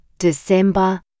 December